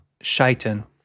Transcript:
shaitan